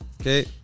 okay